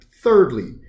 Thirdly